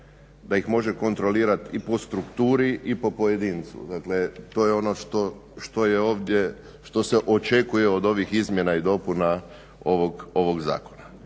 da ih može kontrolirat i po strukturi i po pojedincu. Dakle, to je ono što je ovdje, što se očekuje od ovih izmjena i dopuna ovog zakona.